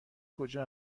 کجا